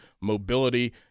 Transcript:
mobility